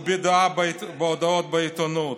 ובהודעות בעיתונות.